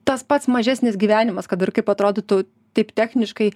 tas pats mažesnis gyvenimas kad ir kaip atrodytų taip techniškai